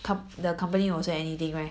com~ the company won't say anything right